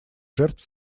жертв